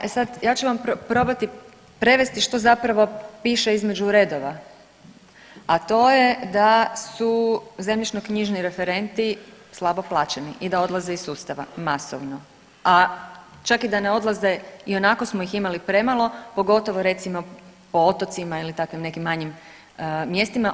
Da, e sad ja ću vam probati prevesti što zapravo piše između redova, a to je da su zemljišnoknjižni referenti slabo plaćeni i da odlaze iz sustava masovno, a čak i da ne odlaze ionako smo ih imali premalo pogotovo recimo po otocima ili takvim nekim manjim mjestima.